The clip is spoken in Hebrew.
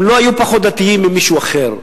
הם לא היו פחות דתיים ממישהו אחר.